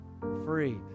free